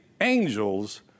angels